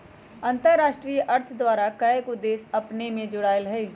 अंतरराष्ट्रीय अर्थ द्वारा कएगो देश अपने में जोरायल हइ